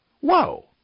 Whoa